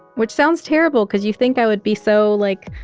which sounds terrible because you think i would be so, like